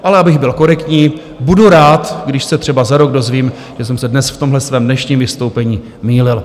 Ale abych byl korektní, budu rád, když se třeba za rok dozvím, že jsem se dnes v tomhle svém dnešním vystoupení mýlil.